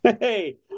Hey